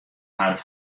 har